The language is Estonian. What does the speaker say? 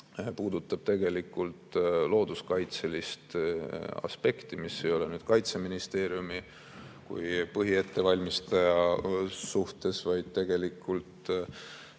puudutab looduskaitselist aspekti, mis ei ole nüüd Kaitseministeeriumi kui põhiettevalmistaja suhtes, vaid tegelikult